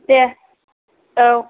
दे औ